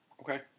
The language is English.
Okay